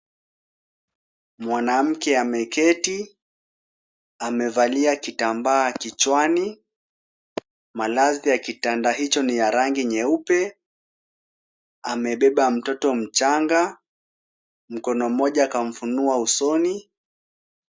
Mwanamke ameketi amevalia kitambaa kichwani malazi ya kitanda hicho ni ya rangi nyeupe. Amebeba mtoto mchanga mkono mmoja kamfunua usoni.